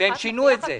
והן שינו את זה.